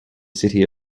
city